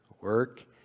work